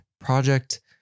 project